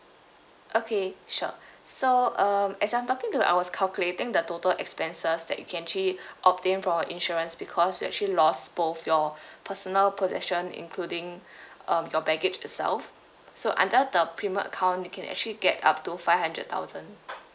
okay sure so um as I'm talking to you I was calculating the total expenses that you can actually obtain from our insurance bebecause you actually lost both your personal possession including um your baggage itself so under the premium account you can actually get up to five hundred thousand